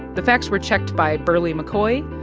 the facts were checked by berly mccoy,